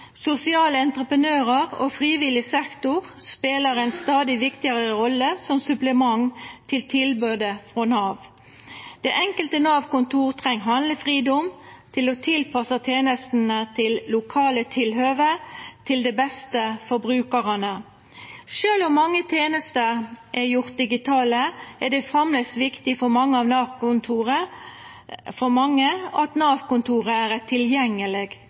Sosiale entreprenørar og frivillig sektor spelar ei stadig viktigare rolle som supplement til tilbodet frå Nav. Det enkelte Nav-kontoret treng handlefridom til å tilpassa tenestene til lokale tilhøve, til det beste for brukarane. Sjølv om mange av tenestene er gjorde digitale, er det framleis viktig for mange at Nav-kontoret er eit tilgjengeleg